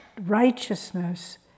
righteousness